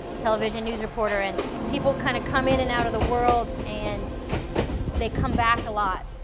television news reporter. and people kind of come in and out of the world and they come back a lot.